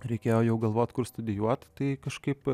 reikėjo jau galvoti kur studijuot tai kažkaip